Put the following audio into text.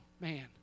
Man